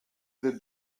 the